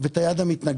ואת היד המתנגדת.